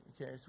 Okay